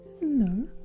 No